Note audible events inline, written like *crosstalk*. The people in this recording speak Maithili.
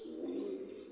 *unintelligible*